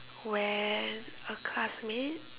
when a classmate